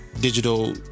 Digital